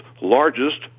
largest